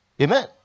amen